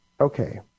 Okay